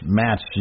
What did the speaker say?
match